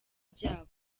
byabo